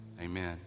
Amen